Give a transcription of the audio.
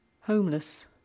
Homeless